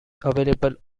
available